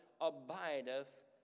abideth